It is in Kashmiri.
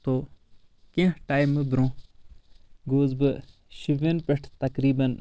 تو کینٛہہ ٹایمہٕ برونٛہہ گوٚوُس بہٕ شُپین پٮ۪ٹھ تقریباً